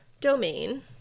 domain